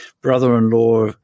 brother-in-law